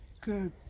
good